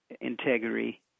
integrity